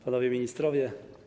Panowie Ministrowie!